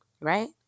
right